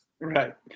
Right